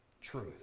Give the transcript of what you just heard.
truth